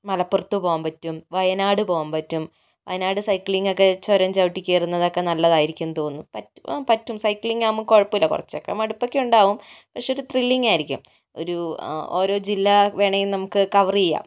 മലപ്പുറത്ത് പോകാൻ പറ്റും വയനാട് പോകാൻ പറ്റും വയനാട് സൈക്കിളിങ് ഒക്കെ ചുരം ചവിട്ടി കേറുന്നതൊക്കെ നല്ലതായിരിക്കും എന്ന് തോന്നുന്നു പോകാൻ പറ്റും സൈക്കിളിങ് ആകുമ്പോൾ കുഴപ്പമില്ല കുറച്ചൊക്കെ മടുപ്പ് ഒക്കെ ഉണ്ടാവും പക്ഷേ ഒരു ത്രില്ലിംഗ് ആയിരിക്കും ഒരു ഓരോ ജില്ല വേണമെങ്കിൽ നമുക്ക് കവർ ചെയ്യാം